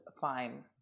fine